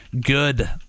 good